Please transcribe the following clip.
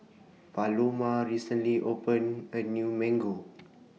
Paloma recently opened A New Mango